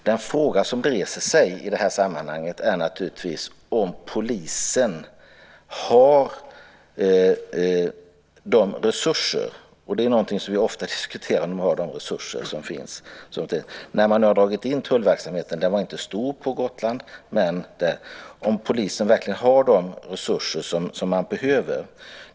Den fråga som reses i detta sammanhang är naturligtvis om polisen verkligen har de resurser som man behöver - det är något som vi ofta diskuterar - när man nu har dragit in tullverksamheten på Gotland. Den var inte stor.